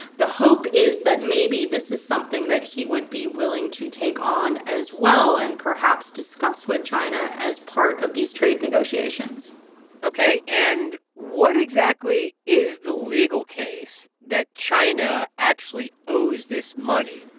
the hope is that maybe this is something that he would be willing to take on as well and perhaps discuss with china as part of these trade negotiations ok. and what exactly is the legal case that china actually owes this money?